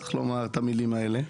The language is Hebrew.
צריך לומר את המילים האלה.